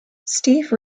steve